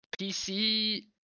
PC